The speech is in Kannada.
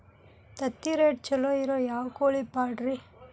ತತ್ತಿರೇಟ್ ಛಲೋ ಇರೋ ಯಾವ್ ಕೋಳಿ ಪಾಡ್ರೇ?